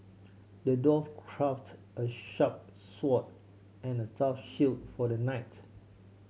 the dwarf crafted a sharp sword and a tough shield for the knight